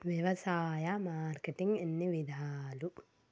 వ్యవసాయ మార్కెటింగ్ ఎన్ని విధాలు?